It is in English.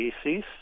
species